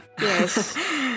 Yes